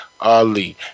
Ali